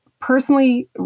personally